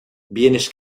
bienes